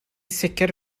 sicr